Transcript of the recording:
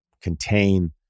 contain